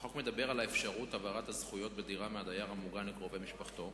החוק מדבר על אפשרות העברת הזכויות בדירה מהדייר המוגן לקרובי משפחתו